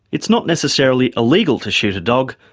it's not necessarily illegal to shoot a dog,